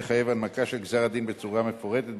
לחייב הנמקה של גזר-הדין בצורה מפורטת,